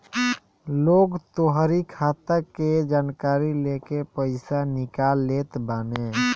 लोग तोहरी खाता के जानकारी लेके पईसा निकाल लेत बाने